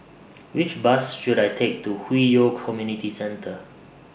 Which Bus should I Take to Hwi Yoh Community Centre